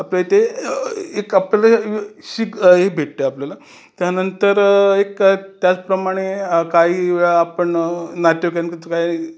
आपल्याइथे एक आपल्या शिक हे भेटते आपल्याला त्यानंतर एक त्याचप्रमाणे काही वेळा आपण नाट्य केंद्रात काही